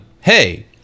hey